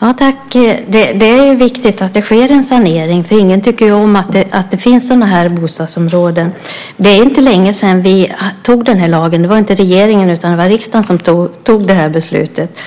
Herr talman! Det är viktigt att det sker en sanering. Ingen tycker om att det finns sådana här bostadsområden. Det är inte länge sedan vi antog den här lagen. Det var inte regeringen utan riksdagen som fattade det här beslutet.